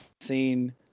seen